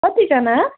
कतिजना